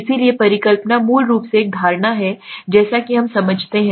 इसलिए परिकल्पना मूल रूप से एक धारणा है जैसा कि हम समझते हैं